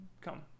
come